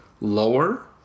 lower